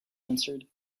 answered